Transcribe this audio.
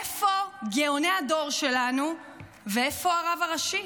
איפה גאוני הדור שלנו ואיפה הרב הראשי?